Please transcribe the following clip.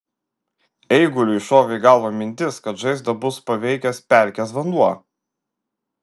eiguliui šovė į galvą mintis kad žaizdą bus paveikęs pelkės vanduo